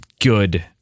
good